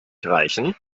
reichen